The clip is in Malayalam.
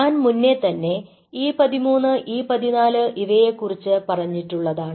ഞാൻ മുന്നേ തന്നെ E 13 E 14 ഇവയെക്കുറിച്ച് പറഞ്ഞിട്ടുള്ളതാണ്